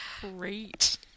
great